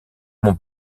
mon